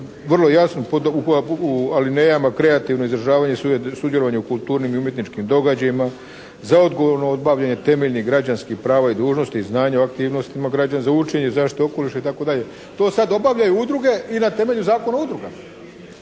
vrlo jasno u alinejama kreativno izražavanje, sudjelovanje u kulturnim i umjetničkim događajima, za odgovorno obavljanje temeljnih građanskih prava i dužnosti i znanja o aktivnostima građana za učenje, zaštitu okoliša itd. To sad obavljaju udruge i na temelju Zakona o udrugama.